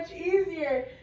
easier